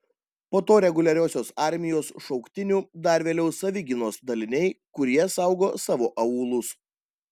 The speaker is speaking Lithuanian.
po to reguliariosios armijos šauktinių dar vėliau savigynos daliniai kurie saugo savo aūlus